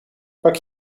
pak